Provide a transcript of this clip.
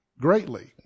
greatly